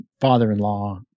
father-in-law